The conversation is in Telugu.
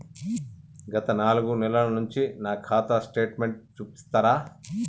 గత నాలుగు నెలల నుంచి నా ఖాతా స్టేట్మెంట్ చూపిస్తరా?